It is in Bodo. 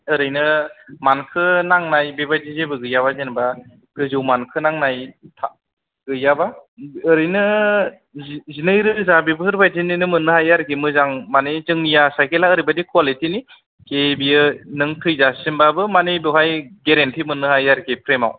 ओरैनो मानखोनांनाय बेबायदि जेबो गैयाबा जेन'बा गोजौ मानखोनांनाय था गैयाबा ओरैनो जिनै रोजा बेफोर बायदिनिनो मोननो हायो आरखि मोजां मानि जोंनिया सायखेला ओरैबादि खवालिथि खि बियो नों थैजासिम बाबो मानि बेवहाय गेरेन्थि मोननो हायो आरखि फ्रेमाव